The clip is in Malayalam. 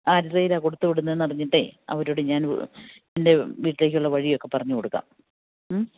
ആരുടെ കയ്യിലാണ് കൊടുത്തുവിടുന്നതെന്ന് അറിഞ്ഞിട്ട് അവരോട് ഞാൻ എൻ്റെ വീട്ടിലേക്കുള്ള വഴിയൊക്കെ പറഞ്ഞുകൊടുക്കാം ഹമ്